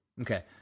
Okay